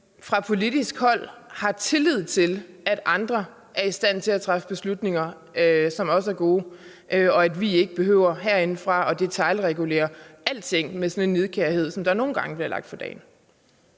fra politisk hold har tillid til, at andre er i stand til at træffe beslutninger, som er gode, og at vi ikke herindefra behøver detailregulere alting med en sådan nidkærhed, som der nogle gange bliver lagt for dagen.